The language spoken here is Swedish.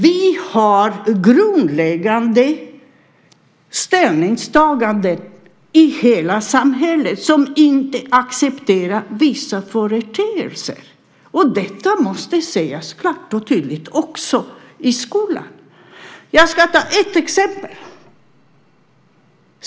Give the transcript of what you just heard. Vi har grundläggande ställningstaganden i hela samhället som inte accepterar vissa företeelser. Detta måste sägas klart och tydligt också i skolan. Jag ska ta ett exempel.